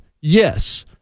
Yes